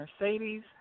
Mercedes